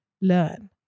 learn